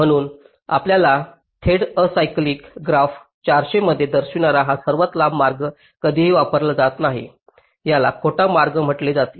म्हणूनच आपला थेट असायकलिक ग्राफ 400 मध्ये दर्शविणारा हा सर्वात लांब मार्ग कधीही वापरला जात नाही याला खोटा मार्ग म्हटले जाते